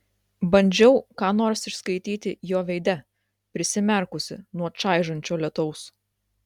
bandžiau ką nors išskaityti jo veide prisimerkusi nuo čaižančio lietaus